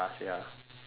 awkward